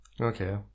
Okay